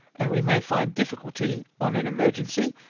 and we may find difficulty, on an emergency,